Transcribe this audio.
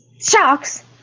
Sharks